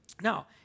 Now